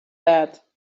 that